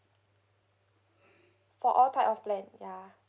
for all type of plan ya